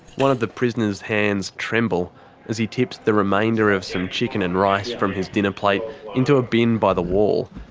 one of the prisoner's hands tremble as he tips the remainder of some chicken and rice from his dinner plate into a bin by the wall.